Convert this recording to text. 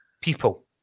people